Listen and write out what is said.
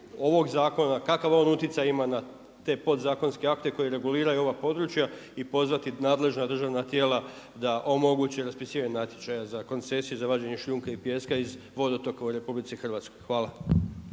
ovog zakona, kakav on utjecaj ima na te podzakonske akte koji reguliraju ova područja i pozvati nadležna državna tijela da omogući raspisivanje natječaja za koncesije, za vađenje šljunka i pijeska iz vodotoka u RH. Hvala.